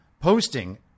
posting